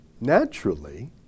naturally